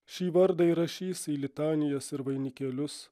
šį vardą įrašys į litanijas ir vainikėlius